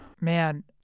Man